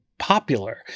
Popular